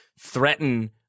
threaten